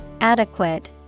Adequate